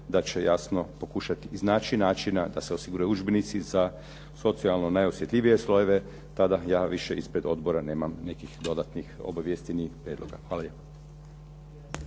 da će jasno pokušati iznaći načina da se osiguraju udžbenici za socijalno najosjetljivije slojeve, tada ja više ispred odbora nemam nekih dodatnih obavijesti ni prijedloga.